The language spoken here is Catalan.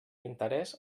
interès